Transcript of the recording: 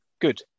Good